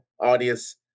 audience